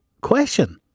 question